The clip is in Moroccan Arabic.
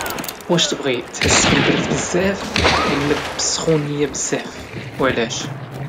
واش تبغي تحس بالبرد بزاف ولا بالسخونية بزاف؟